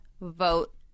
vote